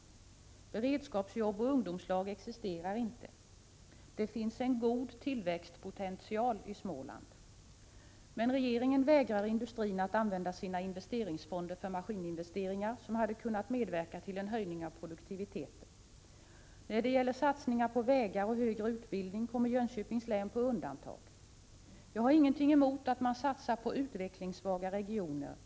Beredskapsjobb och ungdomslag existerar inte. Men det finns en god tillväxtpotential i Småland. Regeringen förvägrar dock industrin att använda sina investeringsfonder för maskininvesteringar, som hade kunnat medverka till en höjning av produktiviteten. När det gäller satsningar på vägar och högre utbildning kommer Jönköpings län på undantag. Jag har ingenting emot att man satsar på utvecklingssvaga regioner.